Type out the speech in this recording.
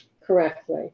correctly